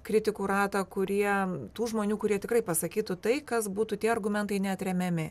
kritikų ratą kurie tų žmonių kurie tikrai pasakytų tai kas būtų tie argumentai neatremiami